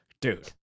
dude